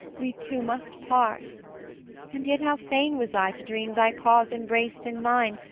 we two must part and yet how fain was i to dream thy cause embraced in mine,